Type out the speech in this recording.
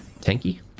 tanky